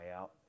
out